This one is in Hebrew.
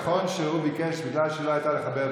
נכון שהוא ביקש לחבר את הכול בגלל שהיא לא הייתה,